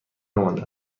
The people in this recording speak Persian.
نمانده